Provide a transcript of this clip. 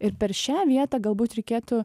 ir per šią vietą galbūt reikėtų